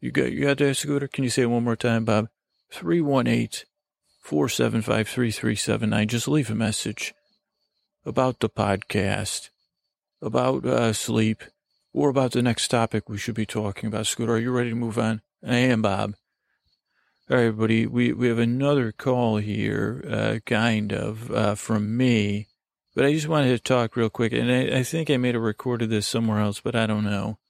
You got- you got that, Scooter? Can you say it one more time, Bob? 318-475-3379. Just leave a message about the podcast, about, uh, sleep, or about the next topic we should be talking about. Scooter, are you ready to move on? I am, Bob. All right, everybody, we- we have another call here, uh, kind of, uh, from me, but I just wanted to talk real quick, and I- I think I may have recorded this somewhere else, but I don't know.